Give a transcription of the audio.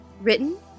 Written